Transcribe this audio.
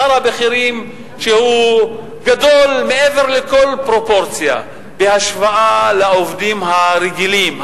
שהוא גדול מעבר לכל פרופורציה בהשוואה לעובדים הרגילים,